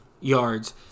yards